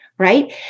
Right